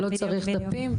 לא צריך דפים,